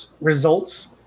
results